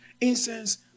incense